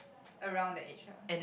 around the age ah